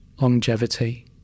longevity